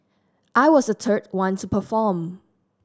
I was the third one to perform